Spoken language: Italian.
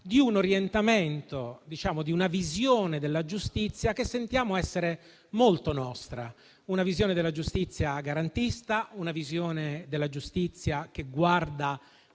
di un orientamento, di una visione della giustizia che sentiamo essere molto nostra. Una visione della giustizia garantista, una visione della giustizia che guarda